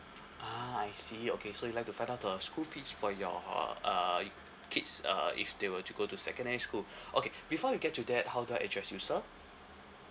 ah I see okay so you'd like to find out the school fees for your uh kids uh if they were to go to secondary school okay before we get to that how do I address you sir